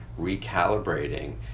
recalibrating